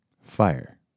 Fire